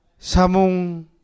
Samung